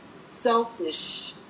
selfish